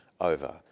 over